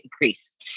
increase